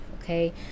Okay